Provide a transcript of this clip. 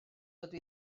dydw